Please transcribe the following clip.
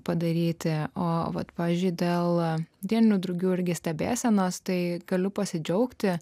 padaryti o vat pavyzdžiui dėl dieninių drugių irgi stebėsenos tai galiu pasidžiaugti